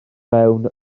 fewn